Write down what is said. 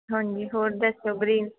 ਹਾਂਜੀ ਹੋਰ ਦੱਸੋ ਗਰੀਨ